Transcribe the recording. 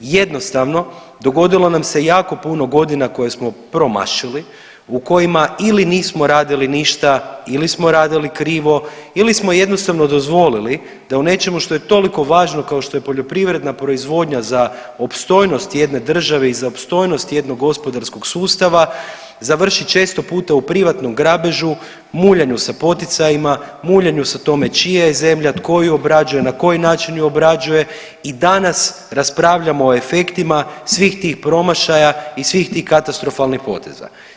Jednostavno dogodilo nam se jako puno godina koje smo promašili u kojima ili nismo radili ništa ili smo radili krivo ili smo jednostavno dozvolili da u nečemu što je toliko važno kao što je poljoprivredna proizvodnja za opstojnost jedne države i za opstojnost jednog gospodarskog sustava završi često puta u privatnom grabežu, muljanju sa poticajima, muljanju sa tome čija je zemlja, tko ju obrađuje, na koji način ju obrađuje i danas raspravljamo o efektima svih tih promašaja i svih tih katastrofalnih poteza.